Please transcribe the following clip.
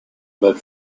bed